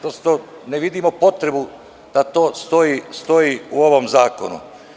Prosto, ne vidimo potrebu da to stoji u ovom zakonu.